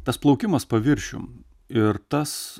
tas plaukimas paviršium ir tas